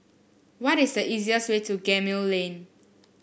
what is the easiest way to Gemmill Lane